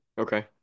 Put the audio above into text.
Okay